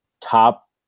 top